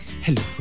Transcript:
hello